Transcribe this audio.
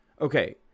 okay